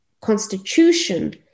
constitution